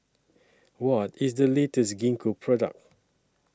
What IS The latest Gingko Product